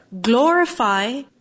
glorify